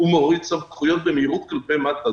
הוא מוריד סמכויות במהירות כלפי מטה.